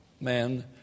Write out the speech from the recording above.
man